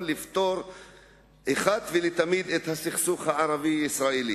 לפתור אחת ולתמיד את הסכסוך הערבי הישראלי.